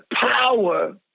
power